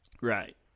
Right